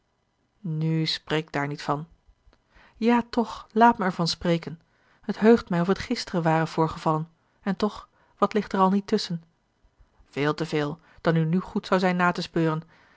nu spreek daar niet van ja toch laat mij er van spreken het heugt mij of het gisteren ware voorgevallen en toch wat ligt er al niet tusschen veel te veel dan u nu goed zou zijn na te speuren